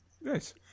Nice